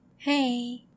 Hey